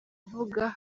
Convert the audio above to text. avuga